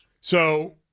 So-